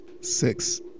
Six